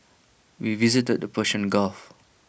we visited the Persian gulf